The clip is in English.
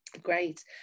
great